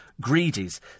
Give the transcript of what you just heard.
Greedy's